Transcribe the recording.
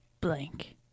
blank